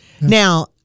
Now